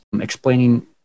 explaining